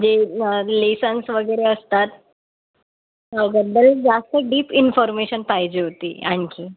जे लेसन्स वगैरे असतात त्याबद्दल जास्त डीप इन्फॉर्मेशन पाहिजे होती आणखी